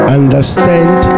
understand